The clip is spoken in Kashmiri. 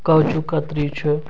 کاجوٗ کتری چھِ